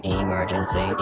emergency